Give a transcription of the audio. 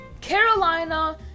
Carolina